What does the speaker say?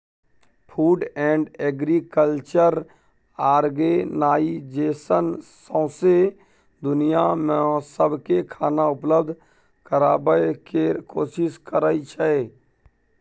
food and agriculture organisation सौंसै दुनियाँ मे सबकेँ खाना उपलब्ध कराबय केर कोशिश करइ छै